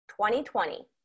2020